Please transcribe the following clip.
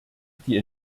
die